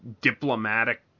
diplomatic